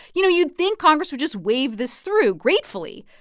you know, you'd think congress would just wave this through gratefully.